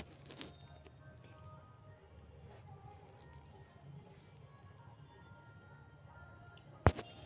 घर जमीन इत्यादि के खरीदना, बेचना अथवा किराया से देवे ला रियल एस्टेट के अंतर्गत आवा हई